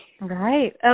Right